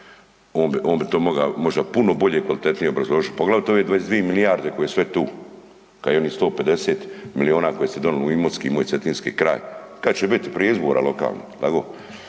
on bi to moga možda puno bolje, kvalitetnije obrazložiti, poglavito ove 22 milijarde koje su sve tu, kao i onih 150 milijuna koje ste donijeli u Imotski i moj Cetinski kraj. Kad će biti? Prije izbora lokalnih.